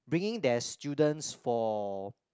bringing their students for